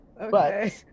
Okay